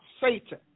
Satan